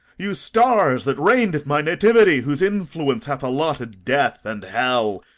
you stars that reign'd at my nativity, whose influence hath allotted death and hell,